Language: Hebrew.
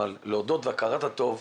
אבל להודות והכרת הטוב,